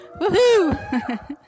Woohoo